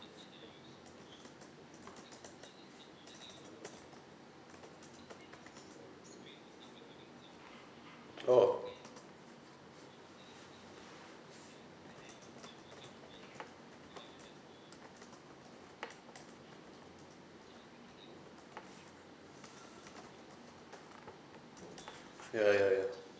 oh ya ya ya